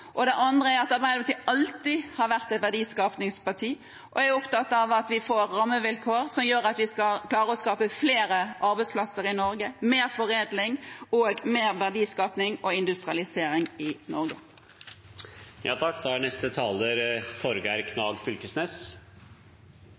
Arbeiderpartiet har alltid vært et verdiskapingsparti og er opptatt av at vi får rammevilkår som gjør at vi klarer å skape flere arbeidsplasser i Norge, mer foredling og mer verdiskaping og industrialisering i